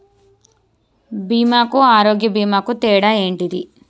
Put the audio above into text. బీమా కు ఆరోగ్య బీమా కు తేడా ఏంటిది?